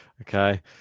okay